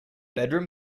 bedroom